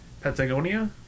Patagonia